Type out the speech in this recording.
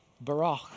Barak